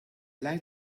like